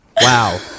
Wow